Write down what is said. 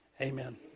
Amen